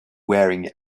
wearing